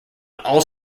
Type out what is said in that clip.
all